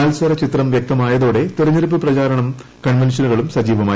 മത്സര ചിത്രം വ്യക്തമായതോടെ തെരഞ്ഞെടുപ്പ് പ്രചാരണ കൺവെൻഷനുകളും സജീവമായി